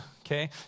okay